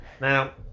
Now